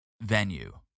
venue